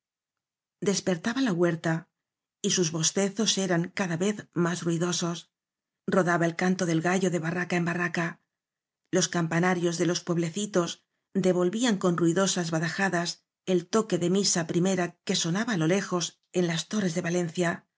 despertaba la huerta y sus bostezos eran cada vez más ruidosos rodaba el canto del gallo de barraca en barraca los campanarios de los pueblecitos devolvían con ruidosas ba dajadas el toque de misa primera que sonaba á lo lejos en las torres de valencia